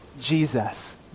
Jesus